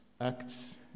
acts